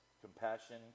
compassion